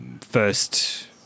first